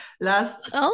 last